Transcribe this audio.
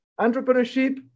Entrepreneurship